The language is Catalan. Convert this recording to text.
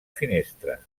finestra